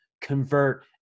convert